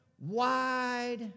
wide